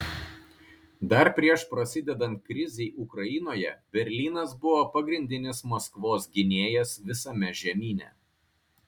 dar prieš prasidedant krizei ukrainoje berlynas buvo pagrindinis maskvos gynėjas visame žemyne